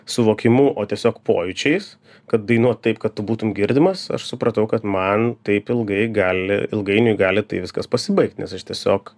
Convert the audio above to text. suvokimu o tiesiog pojūčiais kad dainuot taip kad tu būtum girdimas aš supratau kad man taip ilgai gali ilgainiui gali tai viskas pasibaigt nes aš tiesiog